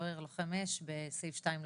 סוהר ולוחם אש בסעיף 2 לחוק.